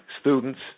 students